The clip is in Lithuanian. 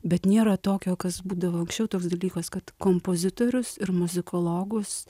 bet nėra tokio kas būdavo anksčiau toks dalykas kad kompozitorius ir muzikologus